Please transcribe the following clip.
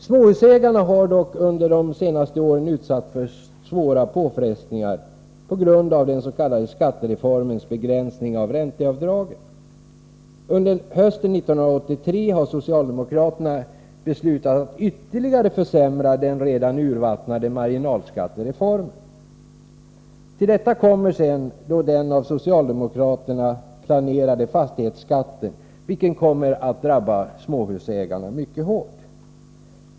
Småhusägarna har dock under de senaste åren utsatts för svåra påfrestningar på grund av den s.k. skattereformens begränsning av ränteavdragen. Under hösten 1983 beslutade socialdemokraterna att ytterligare försämra den redan urvattnade marginalskattereformen. Till detta kommer sedan den av socialdemokraterna planerade fastighetsskatten, vilken drabbar småhusägarna mycket hårt.